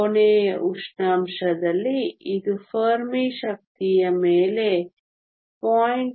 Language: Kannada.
ಕೋಣೆಯ ಉಷ್ಣಾಂಶದಲ್ಲಿ ಇದು ಫೆರ್ಮಿ ಶಕ್ತಿಯ ಮೇಲೆ 0